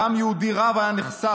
דם יהודי רב היה נחסך.